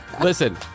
Listen